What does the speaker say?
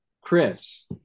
Chris